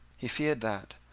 he feared that,